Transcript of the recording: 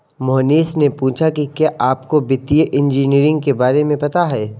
मोहनीश ने पूछा कि क्या आपको वित्तीय इंजीनियरिंग के बारे में पता है?